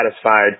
satisfied